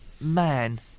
man